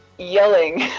yelling,